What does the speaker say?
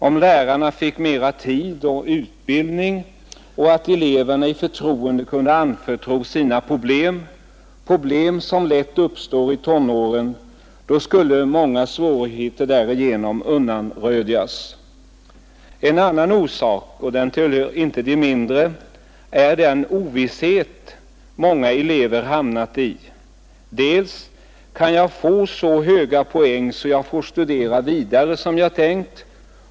Om lärarna fick mera tid och bättre utbildning, så att eleverna i förtroende kunde vända sig till dem med sina problem — och problem uppstår lätt i tonåren — skulle många svårigheter därigenom undanröjas. En annan orsak, som inte hör till de mindre, är den ovisshet som många elever nu har hamnat i och som gör att de frågar sig: Kan jag få så höga poäng att jag får studera vidare som jag tänkt?